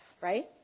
right